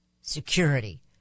security